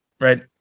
Right